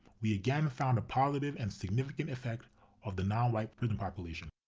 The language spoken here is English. we again found a positive and significant effect of the non-white prison population.